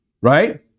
right